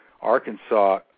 Arkansas